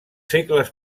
segles